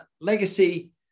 Legacy